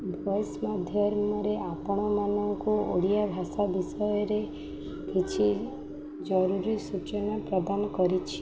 voice ମାଧ୍ୟମରେ ଆପଣମାନଙ୍କୁ ଓଡ଼ିଆ ଭାଷା ବିଷୟରେ କିଛି ଜରୁରୀ ସୂଚନା ପ୍ରଦାନ କରିଛି